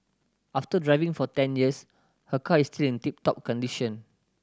after driving for ten years her car is still in tip top condition